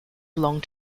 belonged